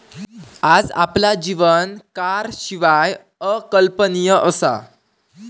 आज आपला जीवन कारशिवाय अकल्पनीय असा